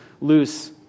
loose